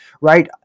right